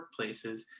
workplaces